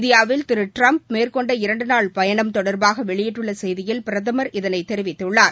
இந்தியாவில் திரு ட்டிரம்ப் மேற்கொண்ட இரண்டு நாள் பயணம் தொடர்பாக வெளியிட்டுள்ள செய்தியில் பிரதமர் இதனை தெரிவித்துள்ளார்